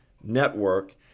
Network